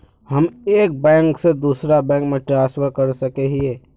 हम एक बैंक से दूसरा बैंक में ट्रांसफर कर सके हिये?